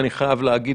אני חייב להגיד,